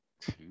Two